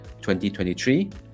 2023